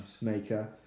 maker